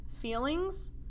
feelings